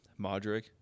Modric